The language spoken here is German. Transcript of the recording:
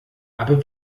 aber